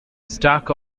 stack